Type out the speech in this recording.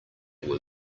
were